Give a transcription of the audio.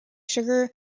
sugar